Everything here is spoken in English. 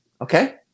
Okay